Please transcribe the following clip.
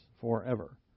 forever